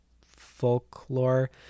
folklore